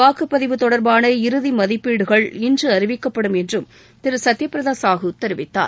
வாக்குப்பதிவு தொடர்பான இறுதி மதிப்பீடுகள் இன்று அறிவிக்கப்படும் என்றும் திரு சத்தியபிரதா சாஹு தெரிவித்தார்